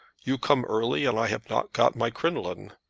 you come early and i have not got my crinoline.